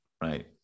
right